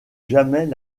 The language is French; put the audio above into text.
jamais